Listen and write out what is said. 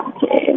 Okay